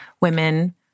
women